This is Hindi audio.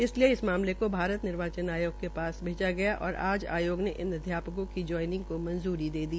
इसलिए इस मामले को भारत निर्वाचन आयोग के पास भेजा गया और आज आयोग ने इन अध्यापकों की ज्वाइनिंग को मंजूरी दे दी